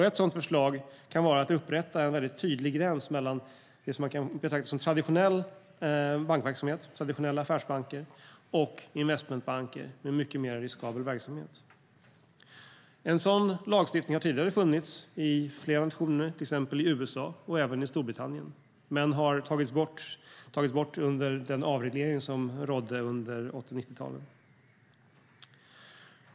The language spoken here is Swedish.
Ett sådant förslag kan vara att upprätta en väldigt tydlig gräns mellan det som man kan betrakta som traditionell bankverksamhet, alltså traditionella affärsbanker, och investmentbanker med en mycket mer riskabel verksamhet. En sådan lagstiftning har tidigare funnits i flera nationer, till exempel i USA och Storbritannien, men har tagits bort under den avreglering som rådde under 80 och 90-talen.